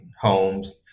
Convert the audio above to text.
homes